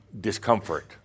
discomfort